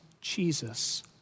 Jesus